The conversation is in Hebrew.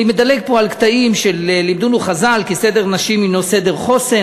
אני מדלג פה על קטעים של "לימדונו חז"ל כי סדר נשים הנו סדר חוסן.